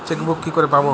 Chequebook কি করে পাবো?